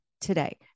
today